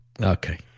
Okay